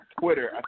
Twitter